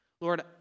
Lord